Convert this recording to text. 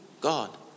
God